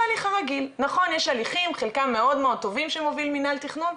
נכון יש הליכים חלקם מאוד טובים שמוביל מינהל תכנון,